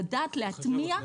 לדעת להטמיע.